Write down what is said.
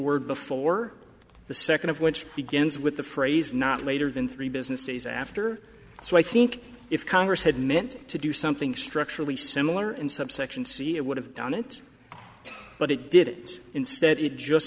word before the second of which begins with the phrase not later than three business days after so i think if congress had meant to do something structurally similar in subsection c it would have done it but it did it instead it just